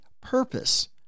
purpose